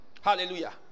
Hallelujah